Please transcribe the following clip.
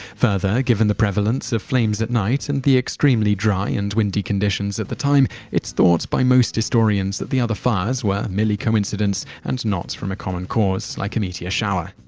further, given the prevalence of flames at night and the extremely dry and windy conditions at the time, it's thought by most historians that the other fires were merely coincidence and not from a common source like a meteor shower.